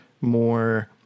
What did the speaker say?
more